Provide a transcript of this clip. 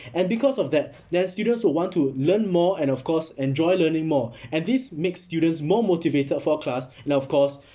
and because of that there are students who want to learn more and of course enjoy learning more and this make students more motivated for a class and of course